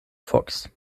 fox